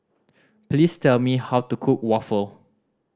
please tell me how to cook waffle